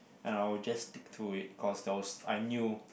and I will just stick to it cause there was I knew